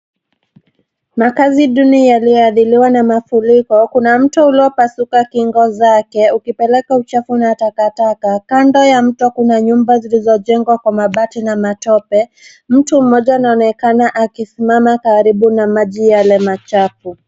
Makazi duni yaliyoathiriwa na mafuriko. Kuna mto uliopasuka kingo zake ukipeleka uchafu na takataka. Kando ya mto kuna nyumba zilizojengwa kwa mabati na matope. Mtu mmoja anaonekana akisimama karibu na maji yale machafu.